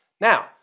Now